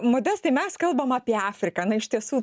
modestai mes kalbam apie afriką na iš tiesų